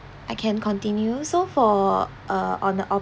I can continue so for uh on the